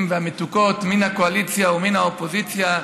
והמתוקות מן הקואליציה ומן האופוזיציה,